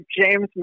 James